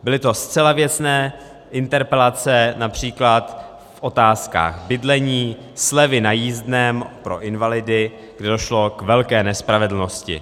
Byly to zcela věcné interpelace, například v otázkách bydlení, slevy na jízdném pro invalidy, kdy došlo k velké nespravedlnosti.